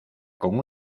con